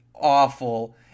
awful